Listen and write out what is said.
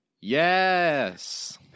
Yes